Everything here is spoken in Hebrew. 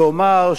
ואומר,